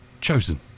chosen